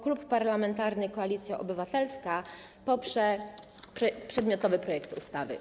Klub Parlamentarny Koalicja Obywatelska poprze przedmiotowy projekt ustawy.